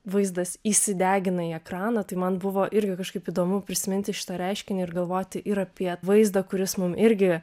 vaizdas įsidegina į ekraną tai man buvo irgi kažkaip įdomu prisiminti šitą reiškinį ir galvoti ir apie vaizdą kuris mum irgi